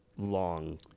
Long